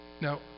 now